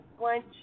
lunch